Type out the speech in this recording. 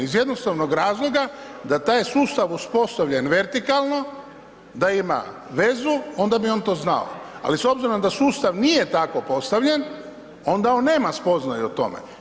Iz jednostavnog razloga da taj sustav uspostavljen vertikalno, da ima vezu, onda bi on to znao, ali s obzirom da sustav nije tako postavljen, onda on nema spoznaju o tome.